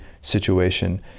situation